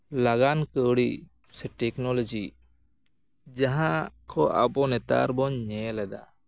ᱞᱟᱜᱟᱱ ᱠᱟᱹᱨᱤ ᱥᱮ ᱴᱮᱠᱱᱳᱞᱚᱡᱤ ᱡᱟᱦᱟᱸ ᱠᱚ ᱟᱵᱚ ᱱᱮᱛᱟᱨ ᱵᱚᱱ ᱧᱮᱞ ᱮᱫᱟ